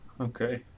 Okay